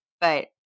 But-